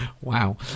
Wow